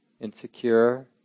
insecure